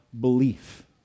belief